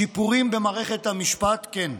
שיפורים במערכת המשפט כן.